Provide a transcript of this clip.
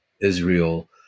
Israel